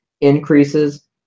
increases